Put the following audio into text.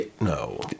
No